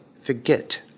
forget